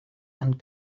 and